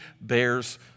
bears